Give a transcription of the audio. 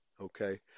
Okay